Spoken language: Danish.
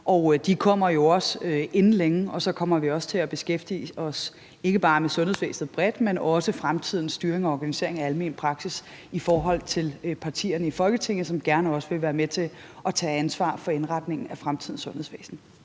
de kommer jo inden længe, og så kommer vi ogsåtil at beskæftige os med ikke bare sundhedsvæsenet bredt, men også med fremtidens styring og organisering af almen praksis sammen med partierne i Folketinget, som også gerne vil være med til at tage ansvar for indretningen af fremtidens sundhedsvæsen.